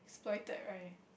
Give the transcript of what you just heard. exploited right